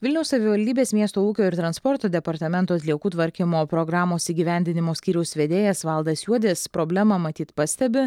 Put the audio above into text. vilniaus savivaldybės miesto ūkio ir transporto departamento atliekų tvarkymo programos įgyvendinimo skyriaus vedėjas valdas juodis problemą matyt pastebi